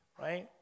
right